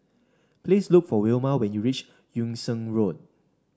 please look for Wilma when you reach Yung Sheng Road